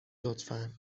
لطفا